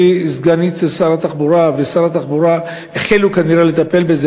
סגנית שר התחבורה ושר התחבורה החלו לטפל בה,